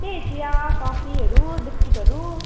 त्यही चिया कफीहरू बिस्किटहरू